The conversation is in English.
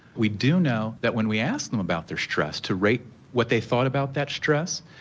we do know that when we asked them about their stress to rate what they thought about that stress.